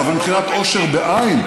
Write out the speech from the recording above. אבל מבחינת עושר בעי"ן,